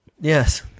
Yes